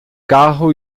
carro